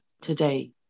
today